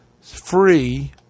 free